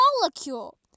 molecule